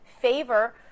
favor